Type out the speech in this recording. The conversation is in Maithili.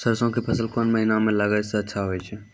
सरसों के फसल कोन महिना म लगैला सऽ अच्छा होय छै?